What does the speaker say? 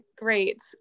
great